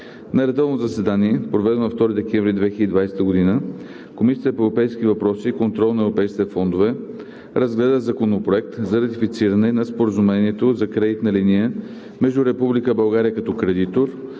На редовно заседание, проведено на 2 декември 2020 г., Комисията по европейските въпроси и контрол на европейските фондове разгледа Законопроект за ратифициране на Споразумението за кредитна линия между Република България като кредитор